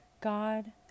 God